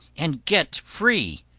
and get free.